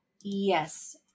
Yes